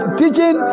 teaching